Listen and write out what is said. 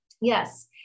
Yes